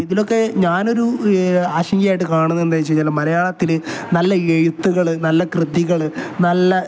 ഇതിലൊക്കെ ഞാൻ ഒരു ആശങ്കയായിട്ട് കാണുന്നത് എന്താണെന്ന് വച്ചു കഴിഞ്ഞാൽ മലയാളത്തിൽ നല്ല എഴുത്തുകൾ നല്ല കൃതികൾ നല്ല